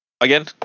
again